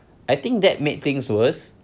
I think that made things worse